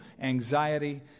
anxiety